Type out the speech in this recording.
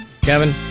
Kevin